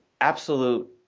absolute